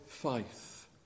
faith